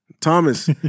Thomas